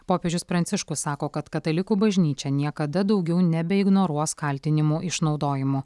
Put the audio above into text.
popiežius pranciškus sako kad katalikų bažnyčia niekada daugiau nebeignoruos kaltinimų išnaudojimu